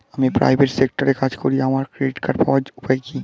আমি প্রাইভেট সেক্টরে কাজ করি আমার ক্রেডিট কার্ড পাওয়ার উপায় কি?